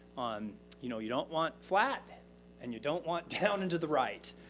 um you know you don't want flat and you don't want down and to the right.